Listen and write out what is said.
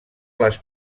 les